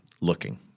looking